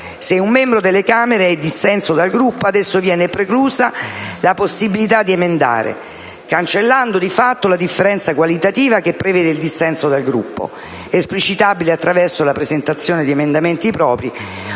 Se un membro delle Camere è in dissenso dal Gruppo ad esso viene preclusa la possibilità di emendare, cancellando di fatto la differenza qualitativa che prevede il dissenso dal Gruppo, esplicitabile attraverso la presentazione di emendamenti propri